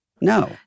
No